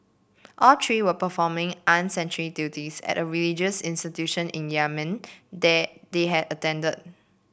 all three were performing armed sentry duties at a religious institution in Yemen they they had attended